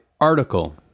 Article